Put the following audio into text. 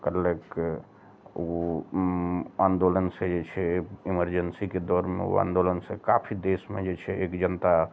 कयलेकै ओ आन्दोलन से जे छै इमरजेंसीके दौरमे ओ आन्दोलन सऽ काफी देशमे जे छै एक जनता